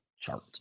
chart